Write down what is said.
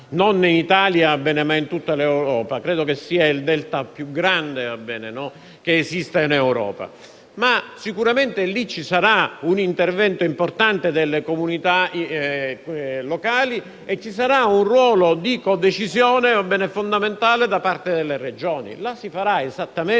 e unicità in tutta Europa. Credo che sia il delta più grande che esista in Europa. Sicuramente lì ci sarà un intervento importante delle comunità locali e ci sarà un ruolo di codecisione fondamentale delle Regioni.